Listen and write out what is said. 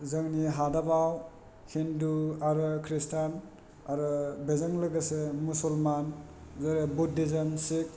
जोंनि हादाबाव हिन्दु आरो ख्रिस्टान आरो बेजों लोगोसे मुसुलमान जेरै बुधिजिम सिक